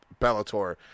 Bellator